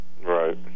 Right